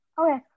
Okay